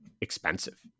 expensive